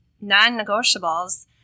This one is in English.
non-negotiables